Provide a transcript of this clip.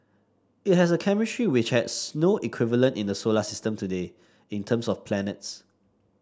it has a chemistry which has no equivalent in the solar system today in terms of planets